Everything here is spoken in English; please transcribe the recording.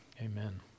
Amen